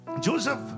Joseph